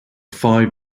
five